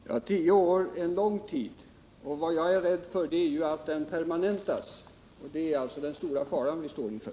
Herr talman! Tio år är en lång tid, och jag är rädd för att ockupationen kommer att permanentas. Detta är alltså den stora fara vi står inför.